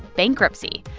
bankruptcy.